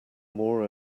more